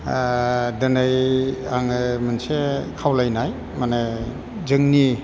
ओ दिनै आङो मोनसे खावलाय माने जोंनि